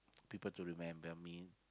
people to remember me